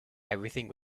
everything